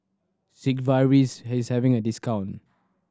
Sigvaris is having a discount